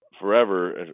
forever